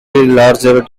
larger